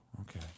okay